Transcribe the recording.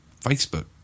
Facebook